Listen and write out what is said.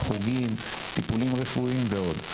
חוגים טיפולים רפואיים ועוד.